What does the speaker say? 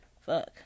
fuck